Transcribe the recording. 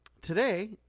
today